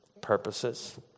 purposes